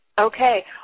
Okay